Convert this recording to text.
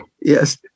Yes